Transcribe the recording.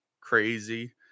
crazy